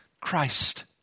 Christ